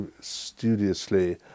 studiously